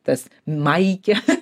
tas maikė